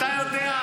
אתה יודע,